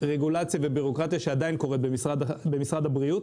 רגולציה ובירוקרטיה שעדיין קורה במשרד הבריאות.